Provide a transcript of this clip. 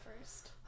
first